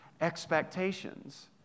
expectations